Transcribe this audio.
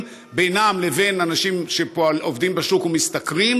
בינם ובין אנשים שעובדים בשוק ומשתכרים